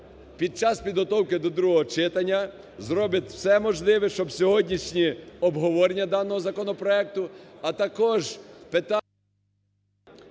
під час підготовки до другого читання зробить все можливе, щоб сьогоднішнє обговорення даного законопроекту, а також…